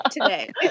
today